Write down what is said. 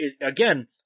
again